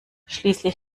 schließlich